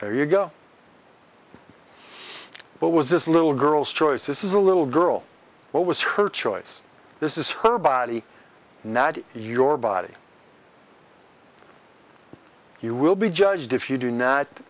there you go but was this little girl's choice this is a little girl what was her choice this is her body not your body you will be judged if you do not